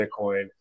Bitcoin